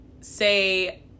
say